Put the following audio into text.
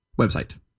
website